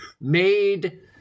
made